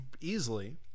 easily